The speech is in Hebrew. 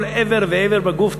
כל איבר ואיבר בגוף בתלת-ממד,